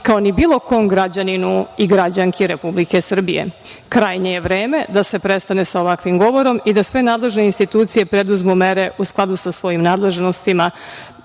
kao ni bilo kom građaninu i građanki Republike Srbije. Krajnje je vreme da se prestane sa ovakvim govorom i da sve nadležne institucije preduzmu mere u skladu sa svojim nadležnostima,